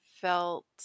felt